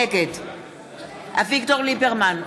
נגד אביגדור ליברמן,